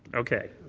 okay.